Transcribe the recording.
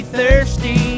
thirsty